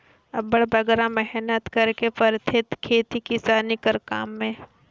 अब्बड़ बगरा मेहनत करेक परथे खेती किसानी कर काम में